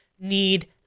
need